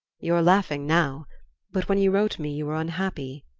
you're laughing now but when you wrote me you were unhappy,